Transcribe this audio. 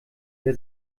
der